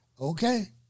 Okay